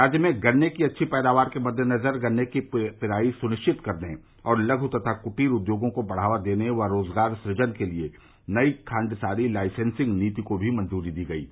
राज्य में गन्ने की अच्छी पैदावार के मद्देनज़र गन्ने की पेराई सुनिश्चित करने और लघु तथा कुटीर उद्योगों को बढ़ावा देने व रोज़गार सुजन के लिए नई खांडसारी लाइसेंसिंग नीति को मी मंजूरी दी गई है